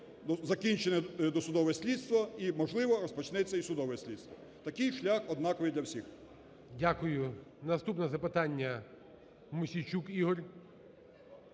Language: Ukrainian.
закінчене досудове слідство і, можливо, розпочнеться і судове слідство. Такий шлях однаковий для всіх. ГОЛОВУЮЧИЙ. Дякую. Наступне запитання Мосійчук Ігор.